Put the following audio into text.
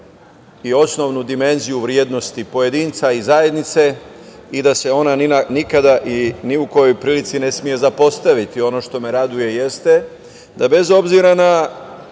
i osnovnu dimenziju vrednosti pojedinca i zajednice i da se ona nikada i ni u kojoj prilici ne sme zapostaviti. Ono što me raduje jeste da bez obzira na